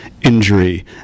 injury